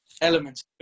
elements